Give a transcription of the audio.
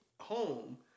home